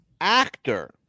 actor